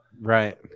right